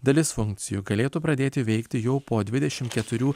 dalis funkcijų galėtų pradėti veikti jau po dvidešimt keturių